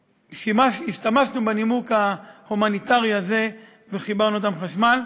והשתמשנו בנימוק ההומניטרי הזה וחיברנו אותם לחשמל.